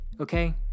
okay